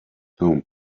home